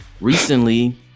Recently